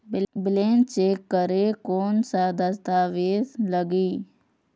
Balance check करें कोन सा दस्तावेज लगी?